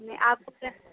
नी आप अपने